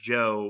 Joe